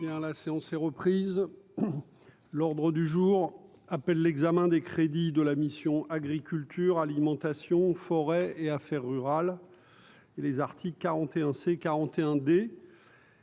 la séance est reprise, l'ordre du jour appelle l'examen des crédits de la mission Agriculture alimentation forêt et affaires rurales et les Arctic 41 c'est